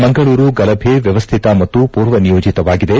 ಮಂಗಳೂರು ಗಲಭೆ ವ್ಹವ್ಹಿತ ಮತ್ತು ಪೂರ್ವ ನಿಯೋಜಿತವಾಗಿದೆ